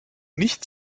nicht